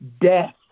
death